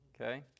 Okay